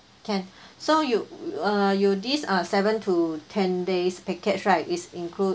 can so you uh you this ah seven to ten days package right is include